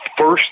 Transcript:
first